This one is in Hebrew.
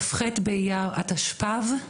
כ"ח באייר התשפ"ב.